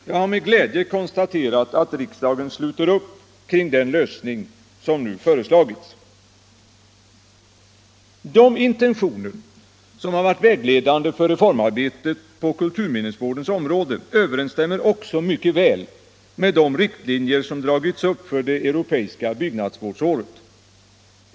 Jag har med glädje konstaterat att riksdagen sluter upp kring den lösning som nu föreslagits. De intentioner som har varit vägledande vid reformarbetet på kulturminnesvårdens område överensstämmer också mycket väl med de riktlinjer som dragits upp för det europeiska byggnadsvårdsåret.